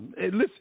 Listen